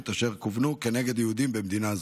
אשר כוונו כנגד יהודים במדינה זו.